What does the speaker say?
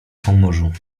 pomorzu